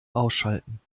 ausschalten